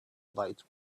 light